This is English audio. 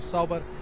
Sauber